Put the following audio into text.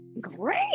great